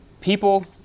people